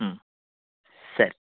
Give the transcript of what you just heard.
ಹ್ಞೂ ಸರಿ